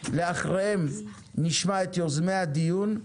אחריהם נשמע את יוזמי הדיון,